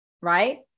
Right